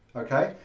okay,